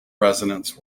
resonance